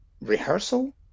rehearsal